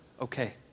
okay